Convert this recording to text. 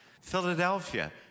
Philadelphia